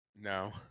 No